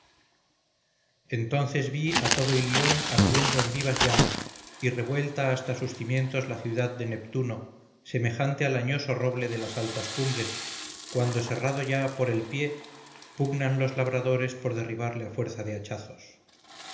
entonces vi a todo ilión ardiendo en vivas llamas y revuelta hasta sus cimientos la ciudad de neptuno semejante al añoso roble de las altas cumbres cuando serrado ya por el pie pugnan los labradores por derribarle a fuerza de hachazos